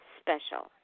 special